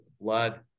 Blood